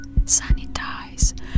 Sanitize